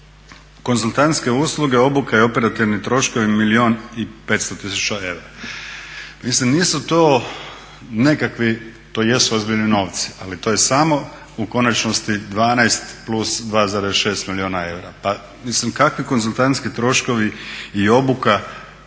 Konzultantske usluge, obuka i operativni troškovi milijun i 500 tisuća eura. Mislim nisu to nekakvi, to jesu ozbiljni novci, ali to je samo u konačnosti 12 + 2,6 milijuna eura. Pa mislim kakvi konzultantski troškovi i obuka?